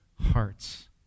hearts